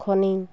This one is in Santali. ᱠᱷᱚᱱᱤᱧ